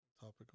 Topic